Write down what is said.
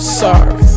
sorry